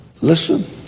Listen